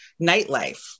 nightlife